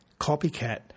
copycat